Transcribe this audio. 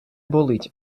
болить